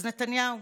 אז נתניהו,